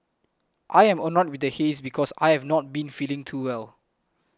I am annoyed with the haze because I have not been feeling too well